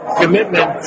commitment